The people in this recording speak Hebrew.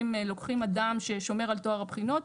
לוקחים אדם ששומר על טוהר הבחינות.